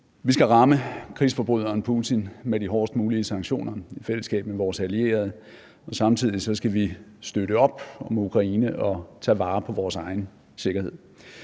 Vi skal ramme krigsforbryderen Putin med de hårdest mulige sanktioner i fællesskab med vores allierede, og samtidig skal vi støtte op om Ukraine og tage vare på vores egen sikkerhed.